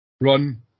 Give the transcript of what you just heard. run